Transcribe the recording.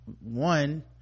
one